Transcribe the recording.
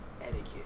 etiquette